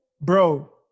Bro